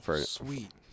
sweet